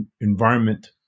environment